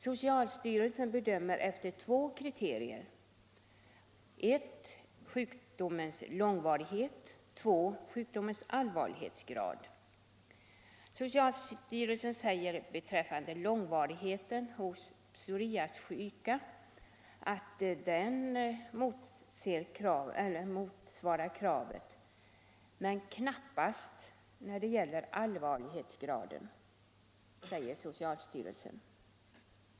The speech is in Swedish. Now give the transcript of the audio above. Socialstyrelsen bedömer efter två kriterier: 1. sjukdomens långvarighet 2. sjukdomens allvarlighetsgrad. Beträffande långvarigheten svarar psoriasis mot kravet — men knappast när det gäller allvarlighetsgraden, menar socialstyrelsen.